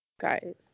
guys